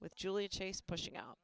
with julie chase pushing out